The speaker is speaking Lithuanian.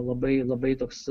labai labai toks